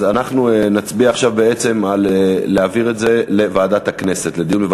אז אנחנו נצביע עכשיו בעצם על להעביר את זה לדיון בוועדת הכנסת,